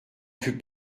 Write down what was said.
fut